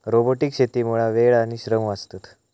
robotic शेतीमुळा वेळ आणि श्रम वाचतत